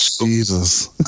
Jesus